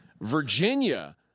Virginia